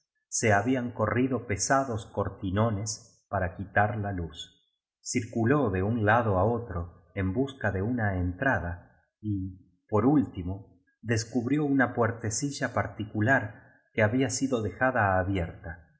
se habían corrido pesados cortinones para quitar la luz circuló de un lado á otro en busca de una entrada y por último des cubrió una puertecilla particular que había sido dejada abier ta